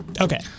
Okay